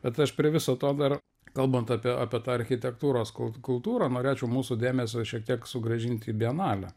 bet aš prie viso to dar kalbant apie apie tą architektūros kultūrą norėčiau mūsų dėmesio šiek tiek sugrąžint į bienalę